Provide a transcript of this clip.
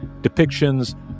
depictions